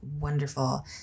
wonderful